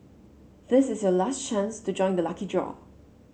this is your last chance to join the lucky draw